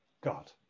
God